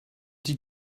t’y